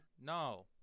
No